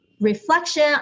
reflection